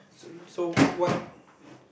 so so what